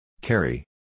Carry